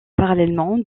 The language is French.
parallèlement